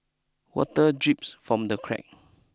water drips from the crack